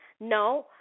no